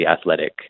athletic